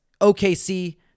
OKC